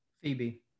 Phoebe